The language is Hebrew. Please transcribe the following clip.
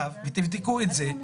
ותבדקו את זה,